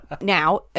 Now